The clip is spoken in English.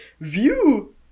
View